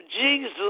Jesus